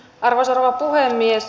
arvoisa rouva puhemies